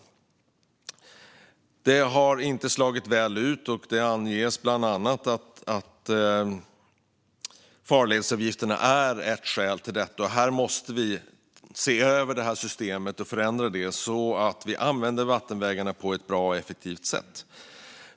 Det har inte slagit väl ut, och det anges bland annat att farledsavgifterna är ett skäl till detta. Här måste vi se över och förändra systemet så att vi använder vattenvägarna på ett bra och effektivt sätt.